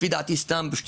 לפי דעתי זה סתם ושטויות,